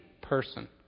person